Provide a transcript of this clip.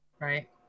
right